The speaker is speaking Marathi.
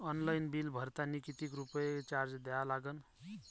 ऑनलाईन बिल भरतानी कितीक रुपये चार्ज द्या लागन?